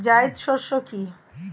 জায়িদ শস্য কি?